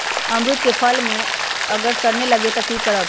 अमरुद क फल म अगर सरने लगे तब की करब?